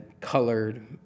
colored